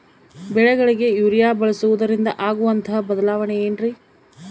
ಬೆಳೆಗಳಿಗೆ ಯೂರಿಯಾ ಬಳಸುವುದರಿಂದ ಆಗುವಂತಹ ಬದಲಾವಣೆ ಏನ್ರಿ?